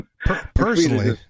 Personally